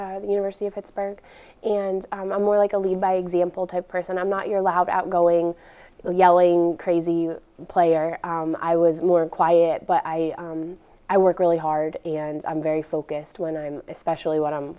the university of pittsburgh and i'm more like a lead by example type person i'm not your loud outgoing yelling crazy player i was more quiet but i i work really hard and i'm very focused when i'm especially when i'm